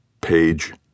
Page